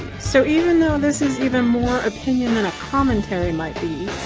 so even though this is even more opinion than commentary might be,